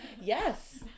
Yes